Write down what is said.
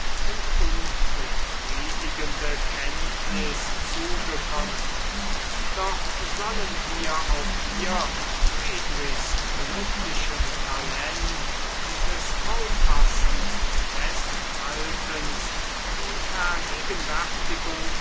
und unbefriedigende kenntnis zugekommen doch sollen wir auch hier friedrichs glücklichem talent des auffassens und festhaltens die vergegenwärtigung